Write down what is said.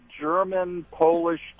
German-Polish